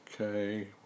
Okay